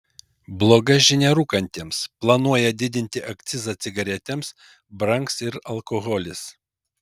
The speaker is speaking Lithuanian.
bloga žinia rūkantiems planuoja didinti akcizą cigaretėms brangs ir alkoholis